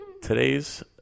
today's